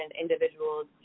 individuals